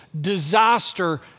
disaster